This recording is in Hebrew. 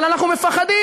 אבל אנחנו מפחדים.